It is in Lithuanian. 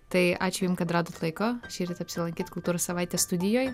tai ačiū jum kad radot laiko šįryt apsilankyt kultūros savaitės studijoj